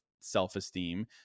self-esteem